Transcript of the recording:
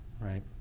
right